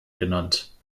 genannt